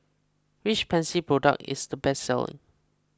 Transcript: which Pansy product is the best selling